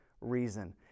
reason